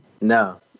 no